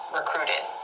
recruited